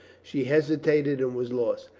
she hesitated and was lost.